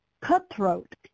cutthroat